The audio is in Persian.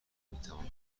میتوان